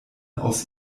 aus